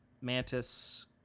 Mantis